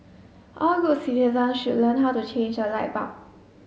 all good citizens should learn how to change a light bulb